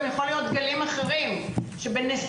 גם יכולים להיות גם דגלים אחרים שבנסיבות